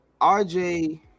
RJ